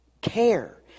care